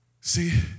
See